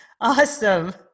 Awesome